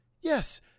yes